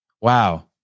Wow